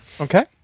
Okay